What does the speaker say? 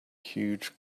huge